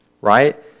Right